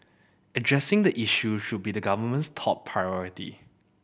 addressing the issue should be the government's top priority